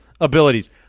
abilities